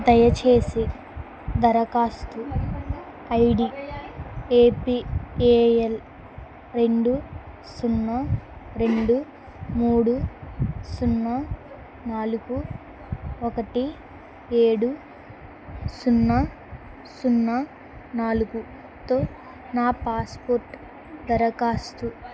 దయచేసి దరఖాస్తు I D A P A L రెండు సున్నా రెండు మూడు సున్నా నాలుగు ఒకటి ఏడు సున్నా సున్నా నాలుగుతో నా పాస్పోర్ట్ దరఖాస్తు